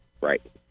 Right